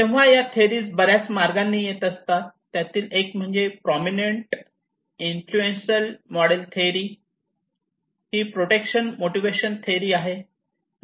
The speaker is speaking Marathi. तेव्हा या थेरीज बऱ्याच मार्गांनी येत असतात त्यातील एक म्हणजे प्रोमिनन्ट इन्फ्लूएंटिअल मॉडेल थेअरी ही प्रोटेक्शन मोटिवेशन थेरी आहे